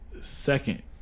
second